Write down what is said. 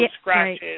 scratches